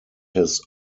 his